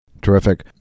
Terrific